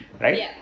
Right